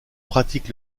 pratique